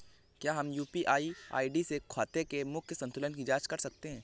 क्या हम UPI ID से खाते के मूख्य संतुलन की जाँच कर सकते हैं?